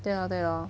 对 lor 对 lor